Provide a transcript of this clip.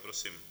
Prosím.